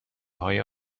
های